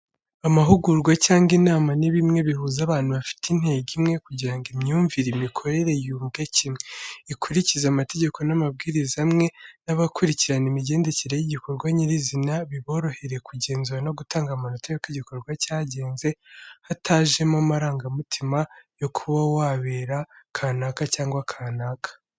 Amahugurwa cyangwa inama ni bimwe bihuza abantu bafite intego imwe kugirango imyumvire imikorere yumvwe kimwe, ikurikize amatageko n'amabwiriza amwe, n'abakurikirana imigendekere y'igikorwa nyirizina biborohere kugenzura no gutanga amanota y'uko igikorwa cyagenze, hatajemo amarangamutima yo kuba wabera kanaka cyangwa kanaka.